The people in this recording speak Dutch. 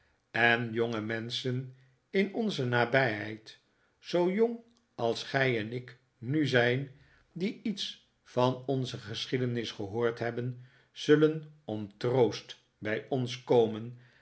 en jonge menschen in onze nabijheid zoo jong als gij en ik nu zijn die iets van onze geschiedenis gehoord hebben zullen om troost bij ons komen